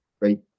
right